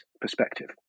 perspective